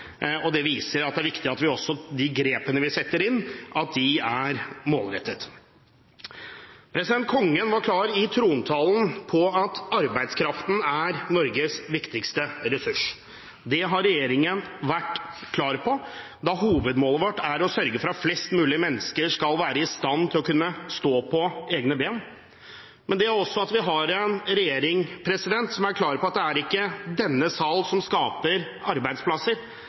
innlandet. Det viser at det er viktig at de grepene vi setter inn, er målrettede. Kongen var i trontalen klar på at arbeidskraften er Norges viktigste ressurs. Det har regjeringen vært klar på, da hovedmålet vårt er å sørge for at flest mulig mennesker skal være i stand til å kunne stå på egne ben. Men vi har også en regjering som er klar på at det er ikke denne sal som skaper arbeidsplasser.